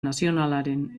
nazionalaren